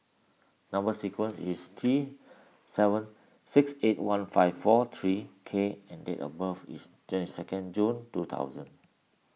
Number Sequence is T seven six eight one five four three K and date of birth is second June two thousand